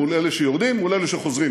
מול אלה שיורדים מול אלה שחוזרים,